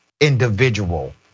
individual